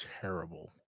terrible